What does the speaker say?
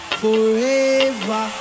forever